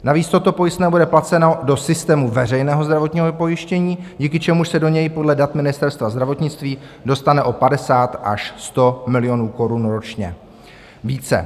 Navíc toto pojistné bude placeno do systému veřejného zdravotního pojištění, díky čemuž se do něj podle dat Ministerstva zdravotnictví dostane o 50 až 100 milionů korun ročně více.